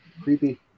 creepy